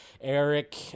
Eric